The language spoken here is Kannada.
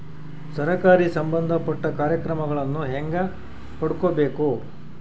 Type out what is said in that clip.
ಸರಕಾರಿ ಸಂಬಂಧಪಟ್ಟ ಕಾರ್ಯಕ್ರಮಗಳನ್ನು ಹೆಂಗ ಪಡ್ಕೊಬೇಕು?